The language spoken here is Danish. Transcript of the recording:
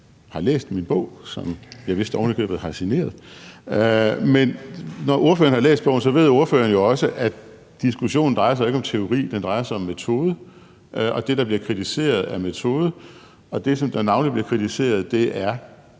har læst min bog, som jeg vist ovenikøbet har signeret; men når ordføreren har læst bogen, ved ordføreren jo også, at diskussionen ikke drejer sig om teori – den drejer sig om metode. Det, der bliver kritiseret, er metode, og det, som der navnlig bliver kritiseret, er,